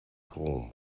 rom